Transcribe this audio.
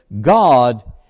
God